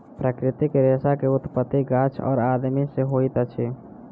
प्राकृतिक रेशा के उत्पत्ति गाछ और आदमी से होइत अछि